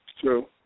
true